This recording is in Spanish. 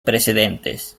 precedentes